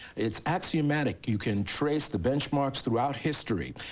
it's axiomatic. you can trace the bench marks throughout history.